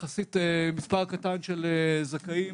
יחסית מספר קטן של זכאים,